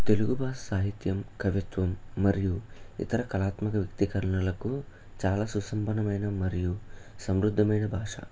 తెలుగు భాష సాహిత్యం కవిత్వం మరియు ఇతర కళాత్మక వ్యక్తీకరణలకు చాలా సుసంపన్నమైన మరియు సమృద్దమైన బాష